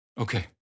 Okay